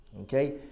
Okay